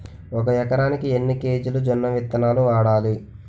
ఒక ఎకరానికి ఎన్ని కేజీలు జొన్నవిత్తనాలు వాడాలి?